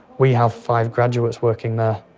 we have five graduates working there,